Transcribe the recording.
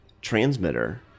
transmitter